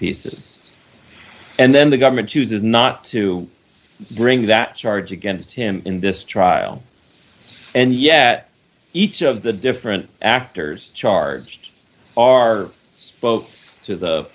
pieces and then the government chooses not to bring that charge against him in this trial and yet each of the different actors charged are both to the